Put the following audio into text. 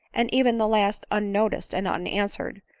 and even the last unnoticed and unanswered,